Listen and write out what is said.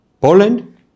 Poland